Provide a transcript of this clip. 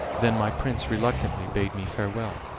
then my prince reluctantly bade me farewell.